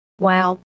Wow